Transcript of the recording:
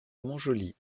montjoly